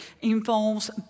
involves